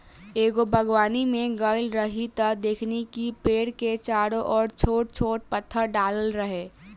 एगो बागवानी में गइल रही त देखनी कि पेड़ के चारो ओर छोट छोट पत्थर डालल रहे